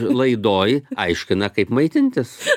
laidoj aiškina kaip maitintis